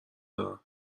دارم